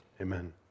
Amen